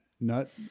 nut